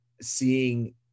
seeing